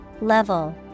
Level